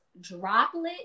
droplet